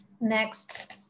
next